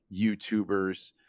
YouTubers